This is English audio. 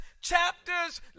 chapters